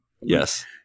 Yes